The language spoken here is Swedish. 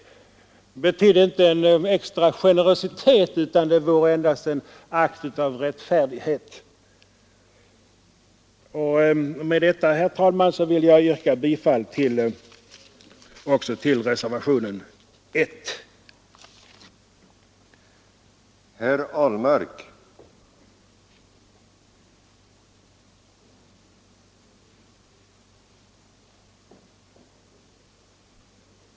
Det betyder inte en extra generositet utan det vore endast en akt av rättfärdighet. Med det anförda, herr talman, ber jag att få yrka bifall också till reservationen 1.